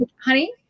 honey